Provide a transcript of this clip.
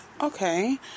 okay